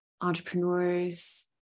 entrepreneurs